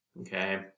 Okay